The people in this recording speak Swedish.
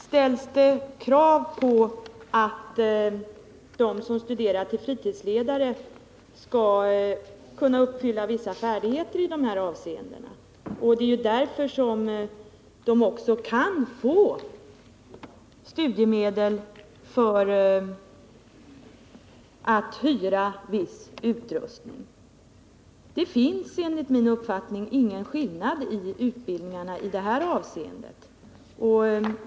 Herr talman! Visst ställs det krav på att de som studerar till fritidsledare skall kunna redovisa vissa färdigheter i de här avseendena! Det är ju därför som också de kan få studiemedel för att hyra viss utrustning. Det finns enligt min uppfattning ingen skillnad mellan utbildningarna på den här punkten.